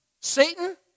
Satan